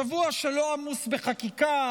שבוע שלא עמוס בחקיקה,